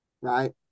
Right